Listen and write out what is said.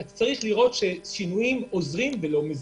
יש לראות ששינויים עוזרים ולא מזיקים.